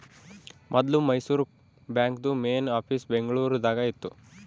ಮೊದ್ಲು ಮೈಸೂರು ಬಾಂಕ್ದು main office Bengaluru ದಾಗ ಇತ್ತು